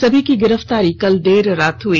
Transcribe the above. सभी की गिरफ्तारी कल देर रात हुई